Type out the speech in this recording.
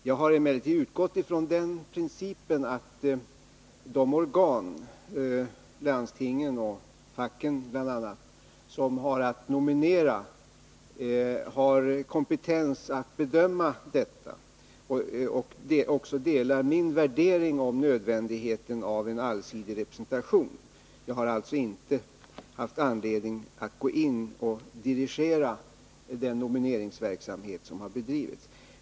Jag har emellertid utgått från den principen att de organ — landstingen och facken bl.a. — som har att nominera har kompetens att bedöma detta och även delar min värdering om nödvändigheten av en allsidig representation. Jag har alltså inte haft anledning att gå in och dirigera den nomineringsverksamhet som har bedrivits.